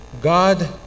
God